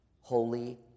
holy